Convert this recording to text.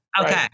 Okay